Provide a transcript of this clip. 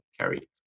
carry